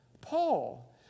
Paul